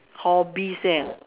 hobbies eh